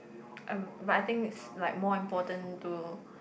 um but I think it's like more important to